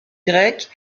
grecques